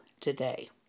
today